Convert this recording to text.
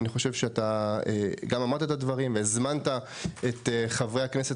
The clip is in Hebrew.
אני חושב שאתה גם אמרת את הדברים והזמנת את חברי הכנסת